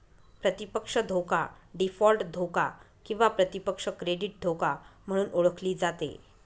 प्रतिपक्ष धोका डीफॉल्ट धोका किंवा प्रतिपक्ष क्रेडिट धोका म्हणून ओळखली जाते